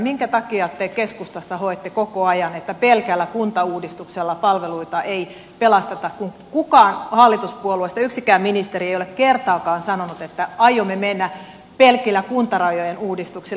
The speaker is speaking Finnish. minkä takia te keskustassa hoette koko ajan että pelkällä kuntauudistuksella palveluita ei pelasteta kun kukaan hallituspuolueista yksikään ministeri ei ole kertaakaan sanonut että aiomme mennä pelkillä kuntarajojen uudistuksilla